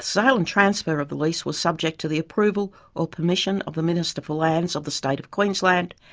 sale and transfer of the lease was subject to the approval or permission of the minister for lands of the state of queensland,